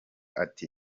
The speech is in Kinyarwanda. ati